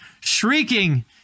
shrieking